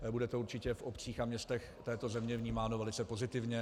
Bude to určitě v obcích a městech této země vnímáno velice pozitivně.